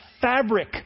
fabric